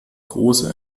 große